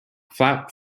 flap